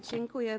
Dziękuję.